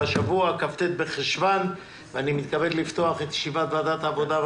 כ"ט בחשוון התשפ"א ואני מתכבד לפתוח את ישיבת ועדת העבודה,